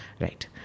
Right